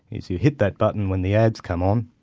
is you hit that button when the ads come on,